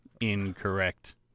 incorrect